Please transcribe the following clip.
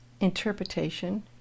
interpretation